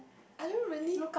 I don't really